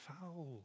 foul